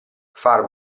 far